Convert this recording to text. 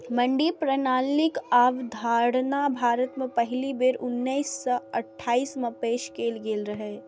मंडी प्रणालीक अवधारणा भारत मे पहिल बेर उन्नैस सय अट्ठाइस मे पेश कैल गेल रहै